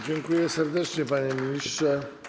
Dziękuję serdecznie, panie ministrze.